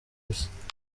gusa